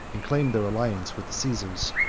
and claimed their alliance with the caesars.